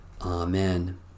Amen